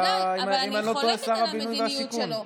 ודאי, אבל אני חולקת על המדיניות שלו.